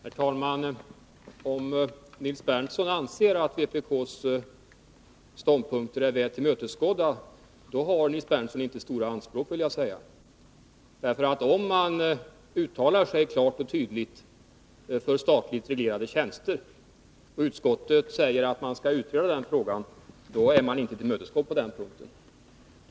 Herr talman! Om Nils Berndtson anser att vpk:s ståndpunkter är väl tillgodosedda har Nils Berndtson inte stora anspråk. Om man uttalar sig klart och tydligt för statligt reglerade tjänster men utskottet säger att den frågan skall utredas, då är man inte tillmötesgådd på den punkten.